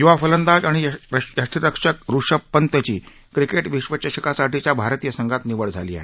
युवा फलंदाज आणि यष्टीरक्षक ऋषभ पंतची क्रिकेट विश्वचषकासाठीच्या भारतीय संघात निवड झाली आहे